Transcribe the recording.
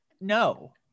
no